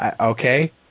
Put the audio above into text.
Okay